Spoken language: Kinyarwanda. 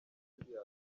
julius